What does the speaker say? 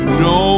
no